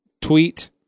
tweet